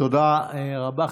תודה רבה.